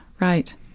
right